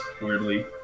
weirdly